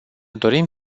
dorim